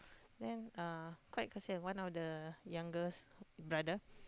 then uh quite kesian one of the youngest brother